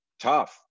tough